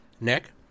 Nick